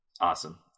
Awesome